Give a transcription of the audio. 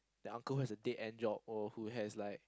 the uncle who has a dead end job or who has like